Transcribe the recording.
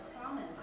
promise